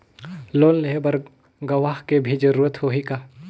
Loan लेहे बर गवाह के भी जरूरत होही का?